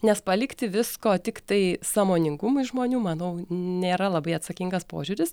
nes palikti visko tiktai sąmoningumui žmonių manau nėra labai atsakingas požiūris